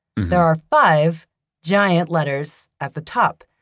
there are five giant letters at the top,